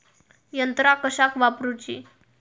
यंत्रा कशाक वापुरूची?